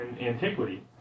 antiquity